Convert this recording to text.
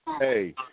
Hey